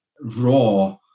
raw